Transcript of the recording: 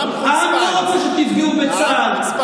העם חוצפן.